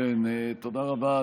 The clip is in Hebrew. תודה רבה.